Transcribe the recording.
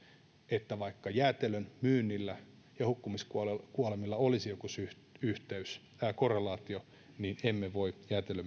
että vaikka jäätelönmyynnillä ja hukkumiskuolemilla olisi joku syy yhteys korrelaatio niin emme voi